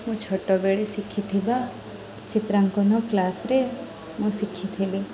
ମୁଁ ଛୋଟବେଳେ ଶିଖିଥିବା ଚିତ୍ରାଙ୍କନ କ୍ଲାସ୍ରେ ମୁଁ ଶିଖିଥିଲି